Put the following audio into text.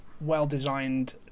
well-designed